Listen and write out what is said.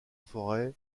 forêt